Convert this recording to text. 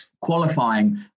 qualifying